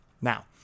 now